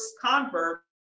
convert